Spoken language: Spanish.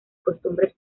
costumbres